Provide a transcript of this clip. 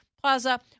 plaza